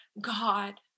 God